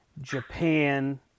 Japan